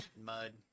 Mud